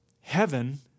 Heaven